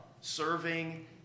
serving